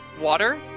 water